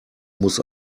muss